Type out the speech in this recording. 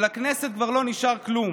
שלכנסת כבר לא נשאר כלום.